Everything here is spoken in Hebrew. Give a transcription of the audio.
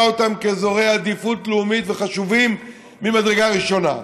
אותם כאזורי עדיפות לאומית וחשובים ממדרגה ראשונה.